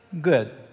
good